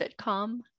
sitcom